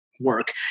work